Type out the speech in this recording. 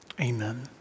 Amen